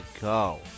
go